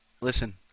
listen